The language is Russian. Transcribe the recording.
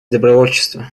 добровольчество